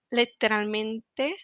letteralmente